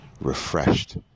refreshed